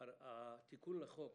התיקון לחוק